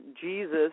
Jesus –